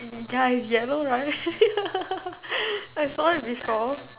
ya is yellow right I saw it before